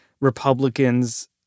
Republicans